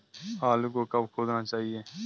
आलू को कब खोदना चाहिए?